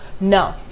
no